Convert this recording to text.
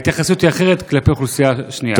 ההתייחסות היא אחרת כלפי אוכלוסייה שנייה.